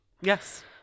Yes